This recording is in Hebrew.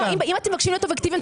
אם אתם מבקשים להיות אובייקטיבים,